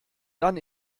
dann